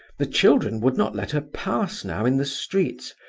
the children would not let her pass now in the streets,